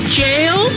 jail